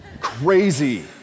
crazy